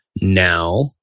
now